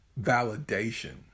validation